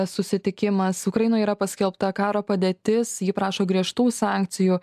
susitikimas ukrainoj yra paskelbta karo padėtis ji prašo griežtų sankcijų